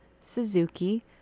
Suzuki